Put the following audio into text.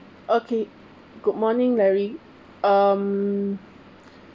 okay good morning larry um